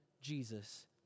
Jesus